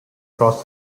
across